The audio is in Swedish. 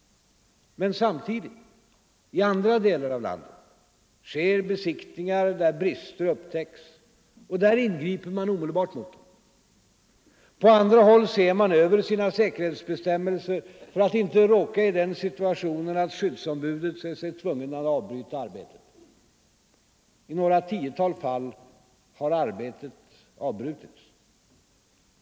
Men samtidigt — i andra delar av landet — sker besiktningar där brister upptäcks, och där ingriper man omedelbart mot dem. På andra håll ser man över sina säkerhetsbestämmelser för att inte råka i den situationen att skyddsombudet ser sig tvunget att avbryta arbetet. I några tiotal fall har arbetet avbrutits.